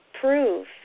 prove